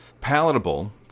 palatable